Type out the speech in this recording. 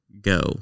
go